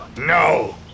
No